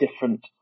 different